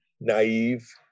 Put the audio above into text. naive